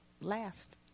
last